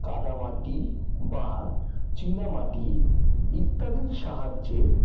কাদা মাটি বা চীনা মাটি ইত্যাদির সাহায্যে